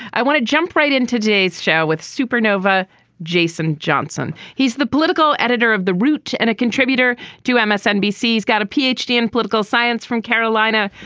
i want to jump right in today's show with supernova jason johnson. he's the political editor of the root and a contributor to msnbc. he's got a p. h. d in political science from carolina.